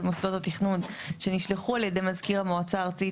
מוסדות התכנון שנשלחו על ידי מזכיר המועצה הארצית